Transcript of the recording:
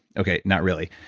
okay, not really.